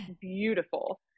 beautiful